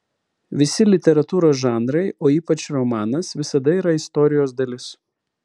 visi literatūros žanrai o ypač romanas visada yra istorijos dalis